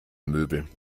möbel